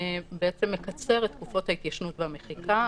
שמקצר את תקופות ההתיישנות והמחיקה.